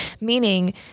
meaning